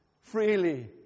Freely